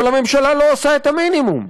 אבל הממשלה לא עושה את המינימום,